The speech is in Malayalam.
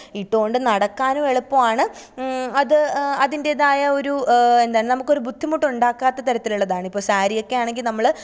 ഇട്ടോണ്ട് നടക്കാനും എളുപ്പാണ് അത് അതിൻറ്റേതായ ഒരു എന്താ നമുക്കൊര് ബുദ്ധിമുട്ടൊണ്ടാക്കാത്ത തരത്തിലുള്ളതാണ് ഇപ്പോൾ സാരിയൊക്കെ ആണെങ്കില് നമ്മള് നമുക്കത് ആയാലും നമ്മള്